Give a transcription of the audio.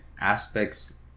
aspects